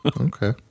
Okay